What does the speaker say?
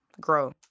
grow